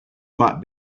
might